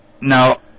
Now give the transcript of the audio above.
Now